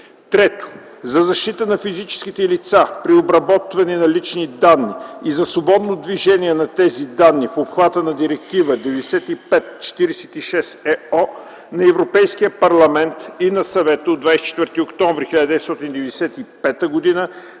3. за защита на физическите лица при обработване на лични данни и за свободно движение на тези данни в обхвата на Директива 95/46/ЕО на Европейския парламент и на Съвета от 24 октомври 1995